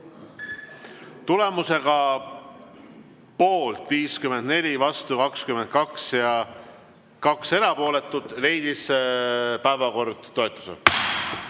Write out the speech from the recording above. Tulemusega poolt 54, vastu 22 ja 2 erapooletut, leidis päevakord toetuse.